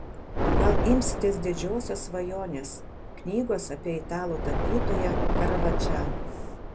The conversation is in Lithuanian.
gal imsitės didžiosios svajonės knygos apie italų tapytoją karavadžą